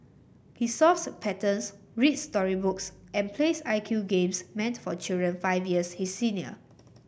he solves patterns reads story books and plays I Q games meant for children five years his senior